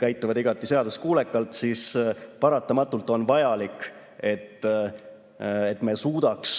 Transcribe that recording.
käituvad igati seaduskuulekalt, on paratamatult vajalik, et me suudaks